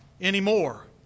anymore